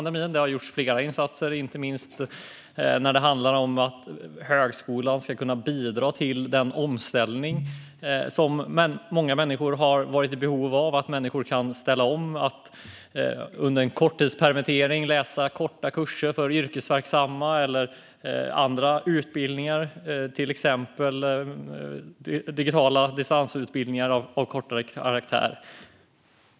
Det har gjorts flera insatser, inte minst när det handlar om att högskolan ska kunna bidra till den omställning som många människor har varit i behov av så att de har kunnat ställa om till att under en korttidspermittering läsa korta kurser för yrkesverksamma eller andra utbildningar, till exempel digitala distansutbildningar av kortare karaktär.